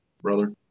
Brother